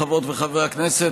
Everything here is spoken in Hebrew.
חברות וחברי הכנסת,